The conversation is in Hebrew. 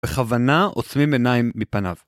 בכוונה עוצמים עיניים מפניו.